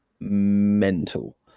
mental